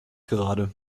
gerade